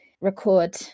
record